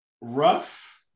rough